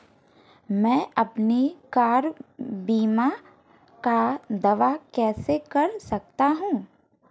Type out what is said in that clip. मैं अपनी कार बीमा का दावा कैसे कर सकता हूं?